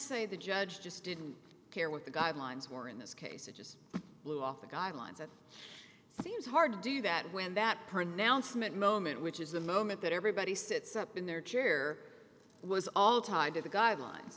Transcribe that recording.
say the judge just didn't care what the guidelines were in this case it just blew off the guidelines it seems hard to do that when that pronouncement moment which is the moment that everybody sits up in their chair was all tied to the guidelines